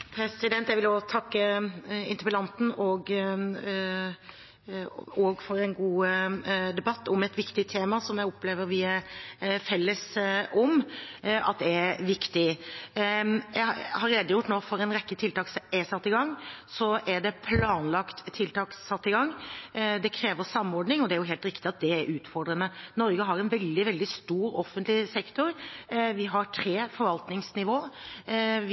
Jeg vil også takke interpellanten og takke for en god debatt om et viktig tema, som jeg opplever vi er felles om er viktig. Jeg har nå redegjort for en rekke tiltak som er satt i gang. Så er det planlagt tiltak som skal settes i gang. Det krever samordning, og det er helt riktig at det er utfordrende. Norge har en veldig, veldig stor offentlig sektor. Vi har tre forvaltningsnivåer. Vi